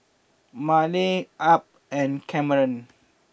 Maleah Ab and Cameron